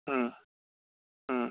ꯎꯝ ꯎꯝ